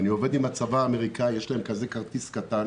אני עובד עם הצבא האמריקאי, יש להם כרטיס קטן